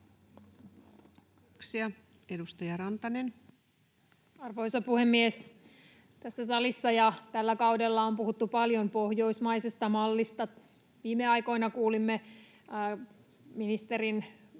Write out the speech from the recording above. Edustaja Rantanen. Arvoisa puhemies! Tässä salissa ja tällä kaudella on puhuttu paljon pohjoismaisesta mallista. Viime aikoina kuulimme ministerin